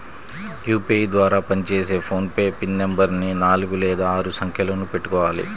UPI ద్వారా పనిచేసే PhonePe pin నెంబరుని నాలుగు లేదా ఆరు సంఖ్యలను పెట్టుకోవాలి